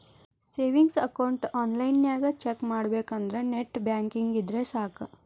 savings account ಆನ್ಲೈನ್ನ್ಯಾಗ check ಮಾಡಬೇಕಂದ್ರ net banking ಇದ್ರೆ ಸಾಕ್